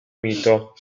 mito